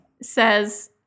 says